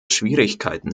schwierigkeiten